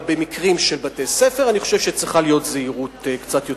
אבל במקרים של בתי-ספר אני חושב שצריכה להיות זהירות קצת יותר גדולה.